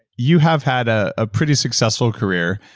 you have had ah a pretty successful career